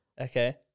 Okay